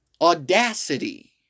audacity